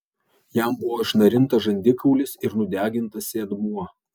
jam buvo išnarintas žandikaulis ir nudegintas sėdmuo